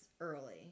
early